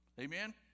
Amen